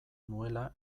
nuela